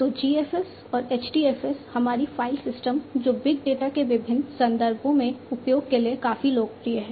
तो GFS और HDFS हमारी फाइल सिस्टम जो बिग डेटा के विभिन्न संदर्भों में उपयोग के लिए काफी लोकप्रिय हैं